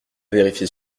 vérifier